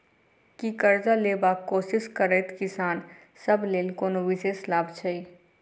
की करजा लेबाक कोशिश करैत किसान सब लेल कोनो विशेष लाभ छै?